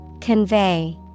Convey